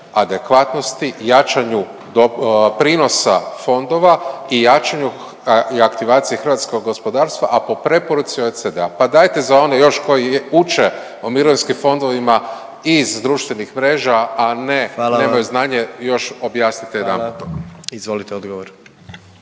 adekvatnosti, jačanju prinosa fondova i jačanju i aktivacije hrvatskog gospodarstva, a po preporuci OECD-a. Pa dajte za one još koji uče o mirovinskim fondovima iz društvenih mreža a ne … …/Upadica predsjednik: Fala vam./… …